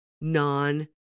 non